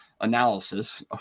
analysis